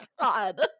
God